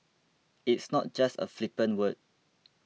it's not just a flippant word